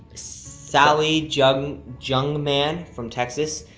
sally jungman jungman from texas,